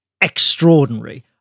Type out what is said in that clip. extraordinary